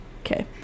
okay